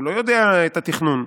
הוא לא יודע את התכנון.